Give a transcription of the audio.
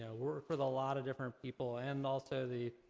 know worked with a lot of different people. and also the,